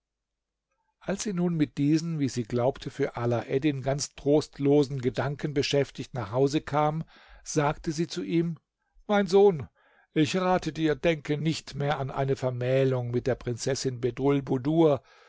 als sie nun mit diesen wie sie glaubte für alaeddin ganz trostlosen gedanken beschäftigt nach hause kam sagte sie zu ihm mein sohn ich rate dir denke nicht mehr an eine vermählung mit der prinzessin